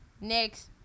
next